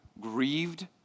grieved